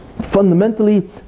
fundamentally